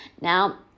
Now